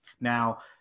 Now